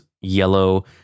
yellow